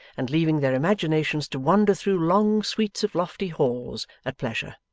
and leaving their imaginations to wander through long suites of lofty halls, at pleasure.